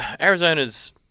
Arizona's